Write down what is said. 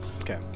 Okay